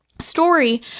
story